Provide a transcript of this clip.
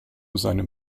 seinem